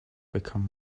become